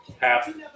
half